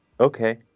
Okay